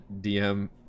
DM